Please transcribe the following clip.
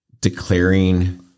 declaring